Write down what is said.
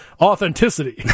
authenticity